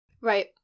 Right